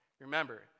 Remember